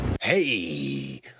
Hey